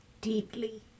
Deeply